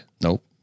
Nope